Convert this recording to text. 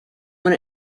when